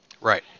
Right